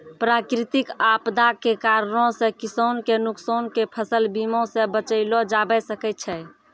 प्राकृतिक आपदा के कारणो से किसान के नुकसान के फसल बीमा से बचैलो जाबै सकै छै